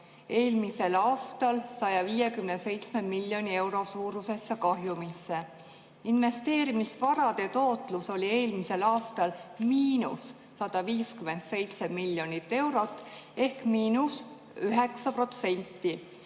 eelmisel aastal 157 miljoni euro suurusesse kahjumisse. Investeerimisvarade tootlus oli eelmisel aastal –157 miljonit eurot ehk –9%.